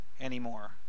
anymore